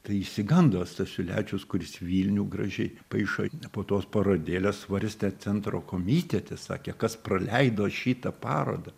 tai išsigando stasiulevičius kuris vilnių gražiai paišo po tos parodėlės svarstė centro komitete sakė kas praleido šitą parodą